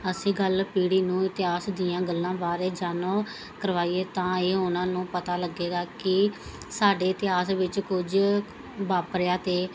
ਅਸੀਂ ਗੱਲ ਪੀੜ੍ਹੀ ਨੂੰ ਇਤਿਹਾਸ ਦੀਆਂ ਗੱਲਾਂ ਬਾਰੇ ਜਾਣੂ ਕਰਵਾਈਏ ਤਾਂ ਇਹ ਉਹਨਾਂ ਨੂੰ ਪਤਾ ਲੱਗੇਗਾ ਕਿ ਸਾਡੇ ਇਤਿਹਾਸ ਵਿੱਚ ਕੁਝ ਵਾਪਰਿਆ ਅਤੇ